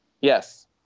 Yes